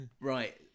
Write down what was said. Right